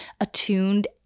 attuned